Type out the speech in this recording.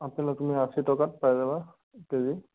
আপেলৰ তুমি আশী টকাত পাই যাবা কেজি